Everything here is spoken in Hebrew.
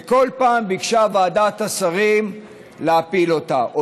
וכל פעם ביקשה ועדת השרים להפיל אותה,